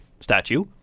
statue